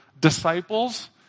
disciples